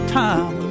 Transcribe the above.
time